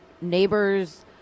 neighbor's